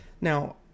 now